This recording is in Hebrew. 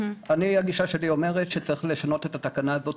אני הגישה שלי אומרת שצריך לשנות את התקנה הזאת,